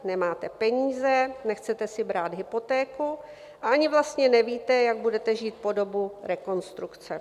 Nemáte peníze, nechcete si brát hypotéku a ani vlastně nevíte, jak budete žít po dobu rekonstrukce.